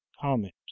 comment